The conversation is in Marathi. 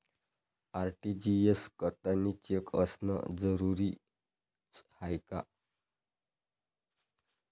आर.टी.जी.एस करतांनी चेक असनं जरुरीच हाय का?